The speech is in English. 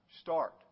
start